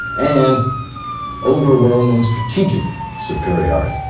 and overwhelming strategic superiority.